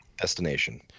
destination